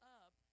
up